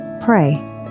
pray